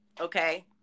okay